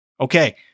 Okay